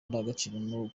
ndangagaciro